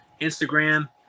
Instagram